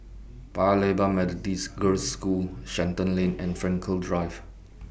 Paya Lebar Methodist Girls' School Shenton Lane and Frankel Drive